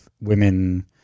women